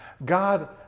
God